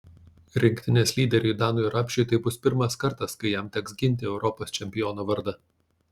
rinktinės lyderiui danui rapšiui tai bus pirmas kartas kai jam teks ginti europos čempiono vardą